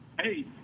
hey